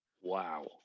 Wow